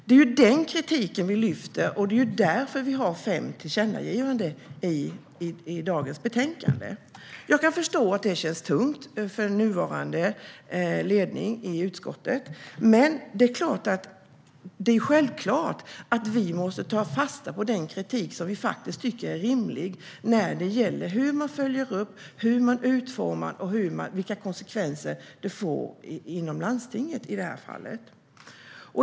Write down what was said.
Det är den kritiken vi lyfter, och det är därför vi har fem tillkännagivanden i dagens betänkande. Jag kan förstå att det känns tungt för den nuvarande ledningen i utskottet. Men vi måste självklart ta fasta på den kritik som vi tycker är rimlig när det gäller hur man följer upp, hur man utformar och vilka konsekvenser det får inom landstinget i det här fallet.